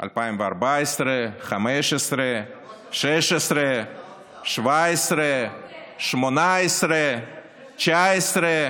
2014, 2015, 2016, 2017, 2018 ו-2019.